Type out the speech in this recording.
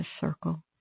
circle